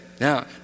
Now